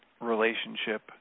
relationship